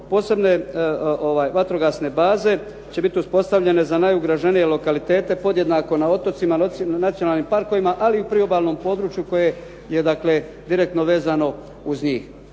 posebne vatrogasne baze će biti uspostavljene za najugroženije lokalitete podjednako na otocima, nacionalnim parkovima ali i priobalnom području koje je dakle direktno vezano uz njih.